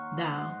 thou